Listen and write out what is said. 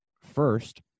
first